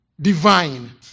Divine